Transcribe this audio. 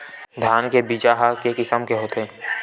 धान के बीजा ह के किसम के होथे?